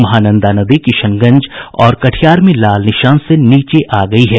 महानंदा नदी किशनगंज और कटिहार में लाल निशान से नीचे आ गयी है